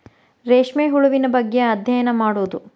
ರೇಶ್ಮೆ ಹುಳುವಿನ ಬಗ್ಗೆ ಅದ್ಯಯನಾ ಮಾಡುದು